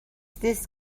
this